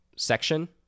section